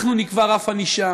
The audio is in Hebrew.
יושב-ראש הישיבה,